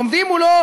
עומדים מולו